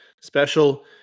special